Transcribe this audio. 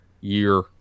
year